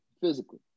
physically